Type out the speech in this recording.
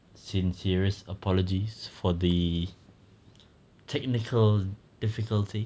sincerest apologies for the technical difficulty